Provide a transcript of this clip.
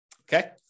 Okay